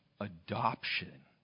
adoption